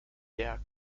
der